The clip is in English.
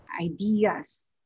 ideas